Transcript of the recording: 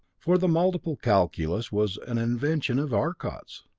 for the multiple calculus was an invention of arcot's.